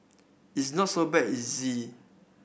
it's not so bad it's easy